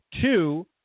Two